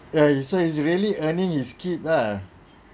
ya you say he's really earning his keep lah